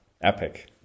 epic